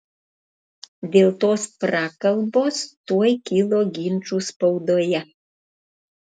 dėl tos prakalbos tuoj kilo ginčų spaudoje